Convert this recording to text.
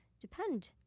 depend